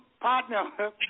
partner